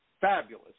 fabulous